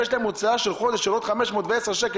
ויש להם הוצאה של חודש של עוד 510 שקלים,